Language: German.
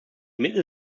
mittel